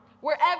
wherever